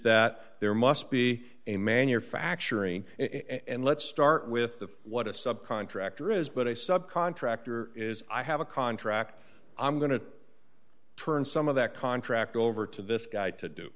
that there must be a manufacturing and let's start with the what a subcontractor is but a subcontractor is i have a contract i'm going to turn some of that contract over to this guy to do